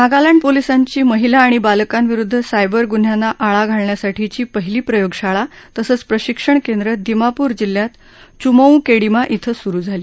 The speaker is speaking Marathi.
नागालँड पोलिसांची महिला आणि बालकांविरुद्ध सायबर गुन्ह्यांना आळा घालण्यासाठीची पहिली प्रयोगशाळा तसंच प्रशिक्षण केंद्र दिमापूर जिल्ह्यात चुमोऊकेडिमा धिं सुरु झाली